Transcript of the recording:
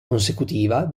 consecutiva